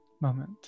moment